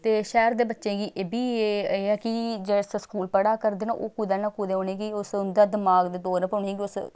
ते शैह्र दे बच्चें गी एह् बी एह् ऐ कि जिस स्कूल पढ़ा करदे न ओह् कुदै ना कुदै उ'नेंगी उस उं'दा दमाग दे तौर पर उ'नेंगी उस